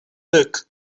book